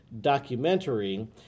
documentary